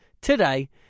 today